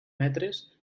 metres